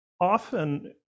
often